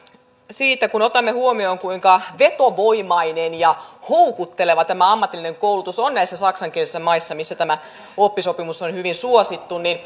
siitä kun otamme huomioon kuinka vetovoimainen ja houkutteleva ammatillinen koulutus on näissä saksankielisissä maissa missä tämä oppisopimus on hyvin suosittu